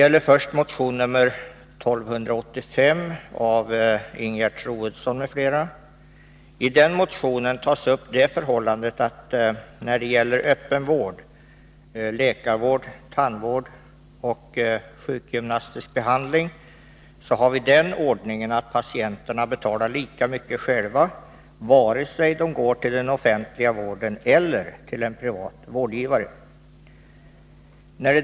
I motion 1285 av Ingegerd Troedsson m.fl. påpekas att när det gäller öppen vård — läkarvård, tandvård och sjukgymnastisk behandling — har vi den ordningen att patienterna betalar lika mycket själva antingen de går till den offentliga vården eller till en privat vårdgivare.